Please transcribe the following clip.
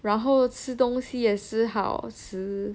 然后吃东西也是好吃